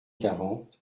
quarante